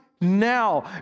now